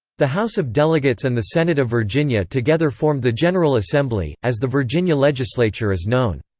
the house of delegates and the senate of virginia together formed the general assembly, as the virginia legislature is known.